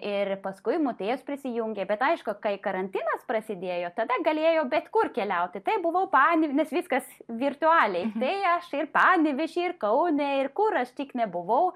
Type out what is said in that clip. ir paskui motiejus prisijungė bet aišku kai karantinas prasidėjo tada galėjo bet kur keliauti tai buvau pane nes viskas virtualiai tai aš ir panevėžy ir kaune ir kur aš tik nebuvau